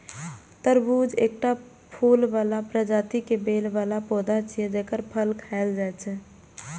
तरबूज एकटा फूल बला प्रजाति के बेल बला पौधा छियै, जेकर फल खायल जाइ छै